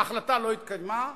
ההחלטה לא התקבלה,